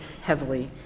heavily